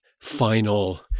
final